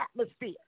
atmosphere